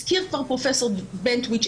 כבר הזכיר פרופ' בנטואיץ,